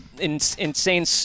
insane